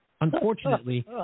unfortunately